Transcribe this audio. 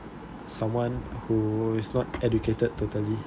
someone who who is not educated totally